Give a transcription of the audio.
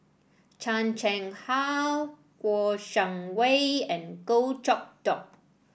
Chan Chang How Kouo Shang Wei and Goh Chok Tong